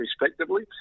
respectively